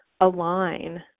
align